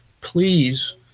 please